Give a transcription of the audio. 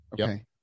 Okay